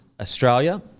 australia